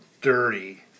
dirty